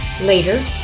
Later